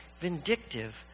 vindictive